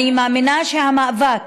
אני מאמינה שהמאבק